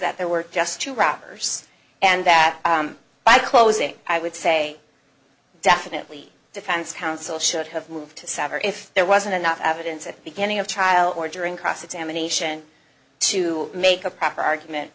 that there were just too wrappers and that by closing i would say definitely defense counsel should have moved to sever if there wasn't enough evidence at the beginning of trial or during cross examination to make a proper argument